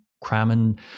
cramming